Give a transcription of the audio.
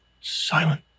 silent